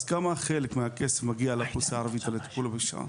אז כמה החלק מהכסף שמגיע לאוכלוסייה הערבית לטיפול בפשיעה?